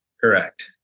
Correct